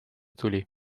tuli